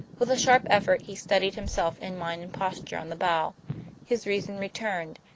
with a sharp effort he steadied himself in mind and posture on the bough his reason returned,